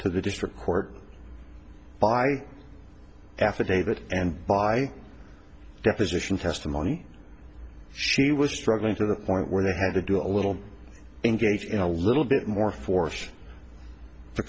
to the district court by affidavit and by deposition testimony she was struggling to the point where they had to do a little engage in a little bit more force the